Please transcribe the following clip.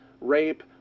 rape